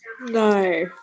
No